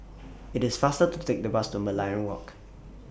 IT IS faster to Take The Bus to Merlion Walk